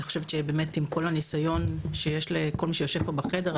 אני חושבת שעם כל הניסיון שיש לכל מי שיושב פה בחדר,